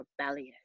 rebellious